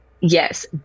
Yes